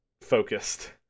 focused